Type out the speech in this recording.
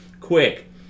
Quick